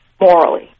morally